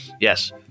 yes